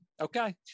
Okay